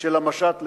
של המשט לעזה,